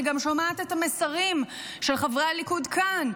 אני גם שומעת את המסרים של חברי הליכוד כאן,